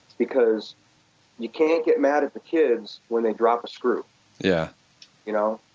because you can't get mad at the kids when they drop a screw yeah you know?